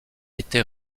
été